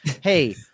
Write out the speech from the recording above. hey